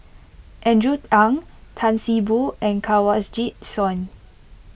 Andrew Ang Tan See Boo and Kanwaljit Soin